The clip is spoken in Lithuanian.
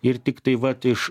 ir tiktai vat iš